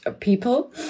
people